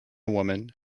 woman